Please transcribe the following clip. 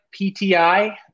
PTI